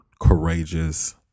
courageous